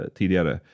tidigare